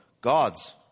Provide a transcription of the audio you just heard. God's